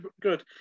good